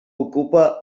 ocupa